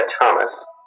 Thomas